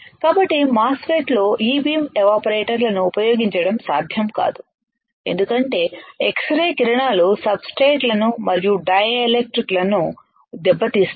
కాబట్టి MOSFET లో e beam evaporator లను ఉపయోగించడం సాధ్యం కాదు ఎందుకంటే ఎక్స్రే కిరణాలు సబ్ స్ట్రేట్ లను మరియు డైఎలెక్ట్రిక్ ను దెబ్బతీస్తాయి